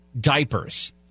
diapers